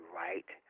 right